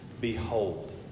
behold